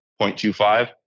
0.25